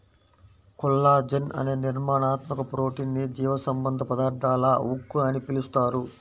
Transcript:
collagen అనే నిర్మాణాత్మక protein ని జీవసంబంధ పదార్థాల ఉక్కు అని పిలుస్తారు